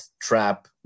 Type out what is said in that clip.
trap